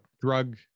drug